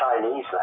Chinese